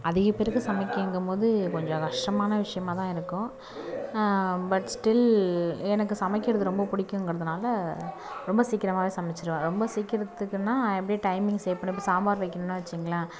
அதிக பேருக்கு சமைக்கங்கும்போது கொஞ்சம் கஷ்டமான விஷயமா தான் இருக்கும் பட் ஸ்டில் எனக்கு சமைக்கிறது ரொம்ப பிடிக்குங்கறதுனால ரொம்ப சீக்கிரமாகவே சமைச்சிருவேன் ரொம்ப சிக்கிரத்துக்குனால் எப்படி டைமிங் சேவ் பண்ணி இப்போ சாம்பார் வைக்கன்ணுனா வச்சுங்களேன்